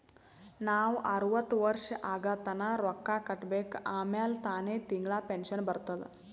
ನಾವ್ ಅರ್ವತ್ ವರ್ಷ ಆಗತನಾ ರೊಕ್ಕಾ ಕಟ್ಬೇಕ ಆಮ್ಯಾಲ ತಾನೆ ತಿಂಗಳಾ ಪೆನ್ಶನ್ ಬರ್ತುದ್